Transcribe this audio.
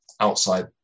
outside